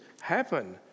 happen